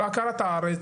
הכרת הארץ,